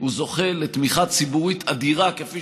הוא זוכה לתמיכה ציבורית אדירה כפי